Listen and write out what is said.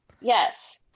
Yes